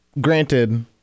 Granted